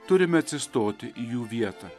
turime atsistoti į jų vietą